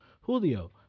Julio